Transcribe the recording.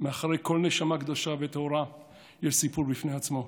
מאחורי כל נשמה קדושה וטהורה יש סיפור בפני עצמו: